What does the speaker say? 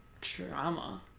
drama